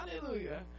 Hallelujah